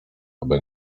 aby